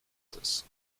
this